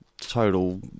total